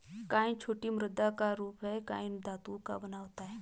coin छोटी मुद्रा का रूप है कॉइन धातु का बना होता है